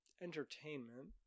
entertainment